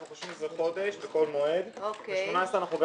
אנחנו חושבים שזה חודש בכל מועד וב-2018 אנחנו גם